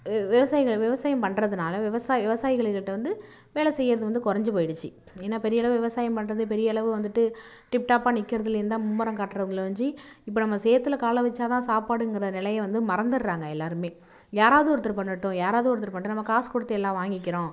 விவசாயிகள் விவசாயம் பண்றதுனால் விவசாய் விவசாயிகளுக்கிட்ட வந்து வேலை செய்கிறது வந்து கொறைஞ்சி போயிடுச்சு ஏன்னா பெரியளவு விவசாயம் பண்றது பெரியளவு வந்துட்டு டிப்டாப்பாக நிற்கறதுலையுந்தான் மும்முரம் காட்டறவுங்களே ஒழிஞ்சு இப்போ நம்ம சேற்றில் காலை வச்சா தான் சாப்பாடுங்கிற நிலையே வந்து மறந்துடறாங்க எல்லோருமே யாராவது ஒருத்தர் பண்ணட்டும் யாராவது ஒருத்தர் பண்ணட்டும் நம்ம காசு கொடுத்து எல்லா வாங்கிக்கின்றோம்